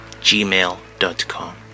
gmail.com